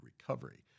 recovery